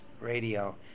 Radio